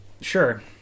Sure